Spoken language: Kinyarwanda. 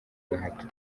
gahato